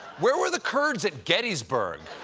where were the kurds at gettysburg?